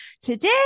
Today